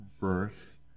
verse